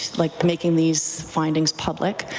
like making these findings public.